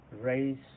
race